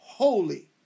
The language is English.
holy